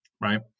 right